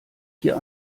hier